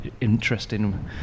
interesting